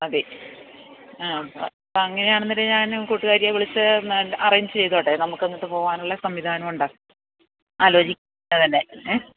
അതെ അ അങ്ങനെയാണെന്നുണ്ടെങ്കില് ഞാന് കൂട്ടുകാരിയെ വിളിച്ച് അറേഞ്ചെയ്തോട്ടെ നമ്മള്ക്ക് അങ്ങോട്ട്ു പോവാനുള്ള സംവിധാനമുണ്ട് ആലോചിക്കാം അല്ലേ